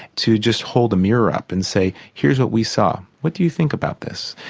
to just hold the mirror up and say here's what we saw, what do you think about this?